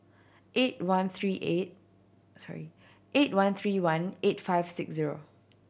eight one three eight sorry eight one three one eight five six zero